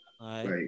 right